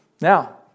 Now